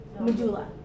medulla